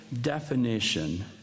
definition